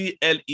CLE